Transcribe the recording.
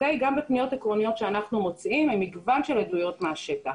גם בפניות עקרוניות שאנחנו מוציאים במגוון של עדויות מהשטח.